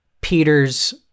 Peter's